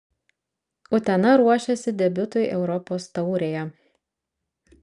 utena ruošiasi debiutui europos taurėje